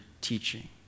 teaching